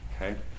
Okay